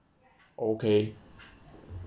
okay